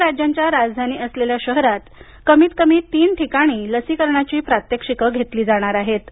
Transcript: सर्व राज्यांच्या राजधानी असलेल्या शहरात कमीत कमी तीन ठिकाणी लसीकरणाची प्रात्यक्षिकं घेतली जाणार आहेत